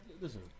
listen